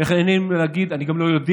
לא נעים להגיד, אני גם לא יודע.